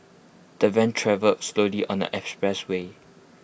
the van travelled slowly on the expressway